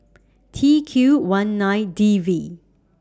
T Q one nine D V